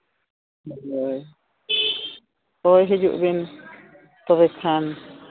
ᱦᱳᱭ ᱦᱳᱭ ᱦᱤᱡᱩᱜ ᱵᱤᱱ ᱛᱚᱵᱮ ᱠᱷᱟᱱ